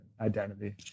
identity